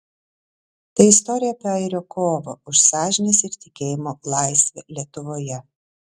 tai istorija apie airio kovą už sąžinės ir tikėjimo laisvę lietuvoje